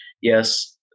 yes